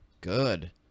good